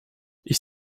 ich